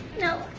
no.